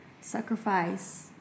sacrifice